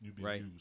right